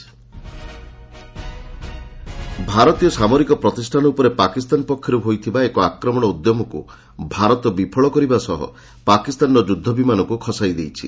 India Pak ଭାରତୀୟ ସାମରିକ ପ୍ରତିଷ୍ଠାନ ଉପରେ ପାକିସ୍ତାନ ପକ୍ଷରୁ ହୋଇଥିବା ଏକ ଆକ୍ରମଣ ଉଦ୍ୟମକୁ ଭାରତ ବିଫଳ କରିବା ସହ ପାକିସ୍ତାନର ଯୁଦ୍ଧ ବିମାନକୁ ଖସାଇ ଦେଇଛି